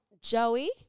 Joey